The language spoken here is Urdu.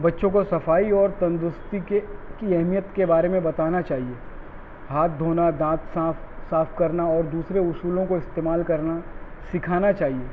بچوں کو صفائی اور تندرستی کے کی اہمیت کے بارے میں بتانا چاہیے ہاتھ دھونا دانت صاف صاف کرنا اور دوسرے اصولوں کو استعمال کرنا سکھانا چاہیے